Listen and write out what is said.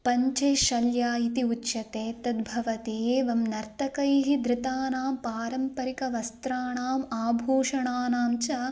पञ्चेशल्या इति उच्यते तद् भवति एवं नर्तकैः धृतानां पारम्परिकं वस्त्राणाम् आभूषणानां च